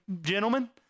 gentlemen